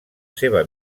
seva